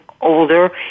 older